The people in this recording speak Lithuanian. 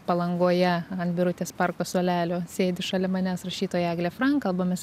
palangoje ant birutės parko suolelio sėdi šalia manęs rašytoja eglė frank kalbamės